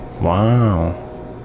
Wow